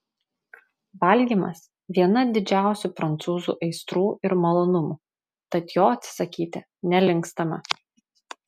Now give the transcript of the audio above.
valgymas viena didžiausių prancūzų aistrų ir malonumų tad jo atsisakyti nelinkstama